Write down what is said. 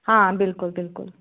ہاں بِلکُل بِلکُل